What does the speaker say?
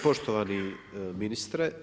Poštovani ministre.